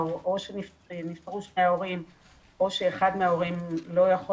או שנפטרו שני ההורים או שאחד מההורים לא יכול